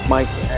Mike